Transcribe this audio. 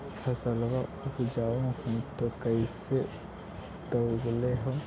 फसलबा उपजाऊ हू तो कैसे तौउलब हो?